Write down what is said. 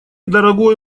дорогой